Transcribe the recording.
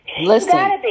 Listen